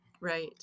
right